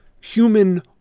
human